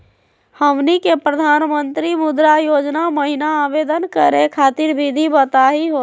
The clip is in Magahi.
हमनी के प्रधानमंत्री मुद्रा योजना महिना आवेदन करे खातीर विधि बताही हो?